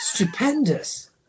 stupendous